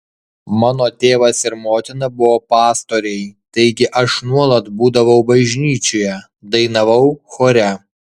mano tėvas ir motina buvo pastoriai taigi aš nuolat būdavau bažnyčioje dainavau chore